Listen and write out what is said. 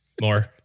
more